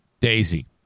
Daisy